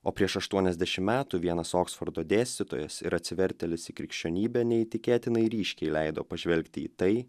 o prieš aštuoniasdešim metų vienas oksfordo dėstytojas ir atsivertėlis į krikščionybę neįtikėtinai ryškiai leido pažvelgti į tai